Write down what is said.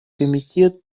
комитет